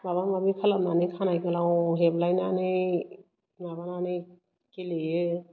माबा माबि खालामनानै खानाय गोलाव हेबलायनानै माबानानै गेलेयो